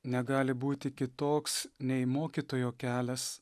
negali būti kitoks nei mokytojo kelias